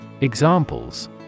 Examples